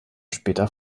später